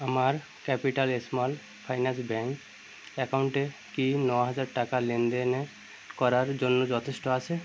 আমার capital small finance bank অ্যাকাউন্টে কি ন হাজার টাকা লেনদেনে করার জন্য যথেষ্ট আছে